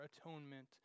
atonement